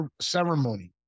ceremony